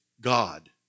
God